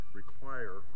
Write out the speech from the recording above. require